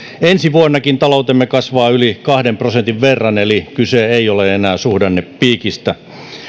ensi vuonnakin taloutemme kasvaa yli kahden prosentin verran eli kyse ei ole enää suhdannepiikistä